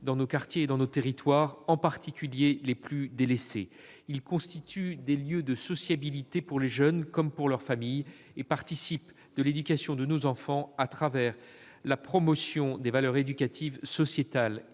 dans nos quartiers et dans nos territoires, en particulier les plus délaissés. Ils constituent des lieux de sociabilité pour les jeunes, comme pour leurs familles, et participent de l'éducation de nos enfants à travers la promotion des valeurs éducatives, sociétales